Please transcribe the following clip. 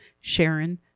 Sharon